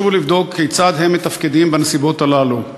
ולבדוק כיצד הם מתפקדים בנסיבות הללו.